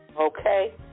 Okay